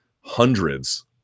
hundreds